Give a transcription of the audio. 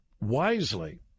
wisely